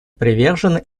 привержены